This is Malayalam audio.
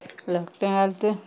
ലോക്ക്ഡൌൺ കാലത്ത്